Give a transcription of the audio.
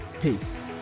Peace